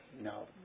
No